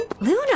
Luna